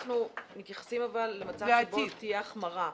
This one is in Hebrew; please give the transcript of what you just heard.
אבל אנחנו מתייחסים למצב שבו תהיה החמרה -- לעתיד.